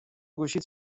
گوشیت